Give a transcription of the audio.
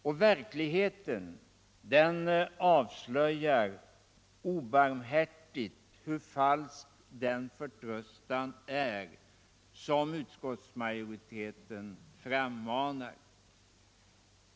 Och verkligheten avslöjar obarmhärtigt hur falsk den förtröstan är som utskottsmajoriteten frammanar.